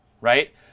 right